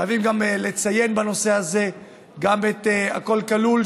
חייבים לציין בנושא הזה גם את "הכול כלול",